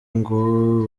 ngo